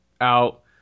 out